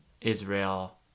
Israel